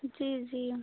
जी जी